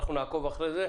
ונעקוב אחרי זה.